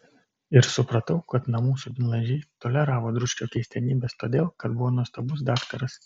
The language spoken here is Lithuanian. ir supratau kad namų subinlaižiai toleravo dručkio keistenybes todėl kad buvo nuostabus daktaras